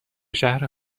شهر